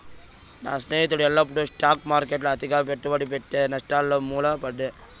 నా స్నేహితుడు ఎల్లప్పుడూ స్టాక్ మార్కెట్ల అతిగా పెట్టుబడి పెట్టె, నష్టాలొచ్చి మూల పడే